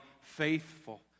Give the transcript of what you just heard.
faithful